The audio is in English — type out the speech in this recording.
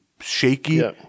shaky